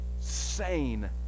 sane